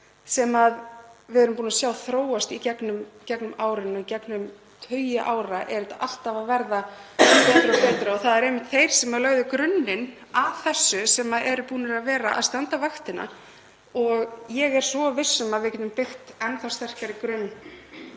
sem við erum búin að sjá þróast í gegnum árin. Í gegnum tugi ára er þetta alltaf að verða betra og betra. Það eru einmitt þeir sem lögðu grunninn að þessu sem eru búnir að vera að standa vaktina. Ég er svo viss um að við getum byggt enn þá sterkari grunn